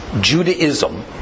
Judaism